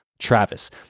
Travis